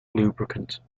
lubricant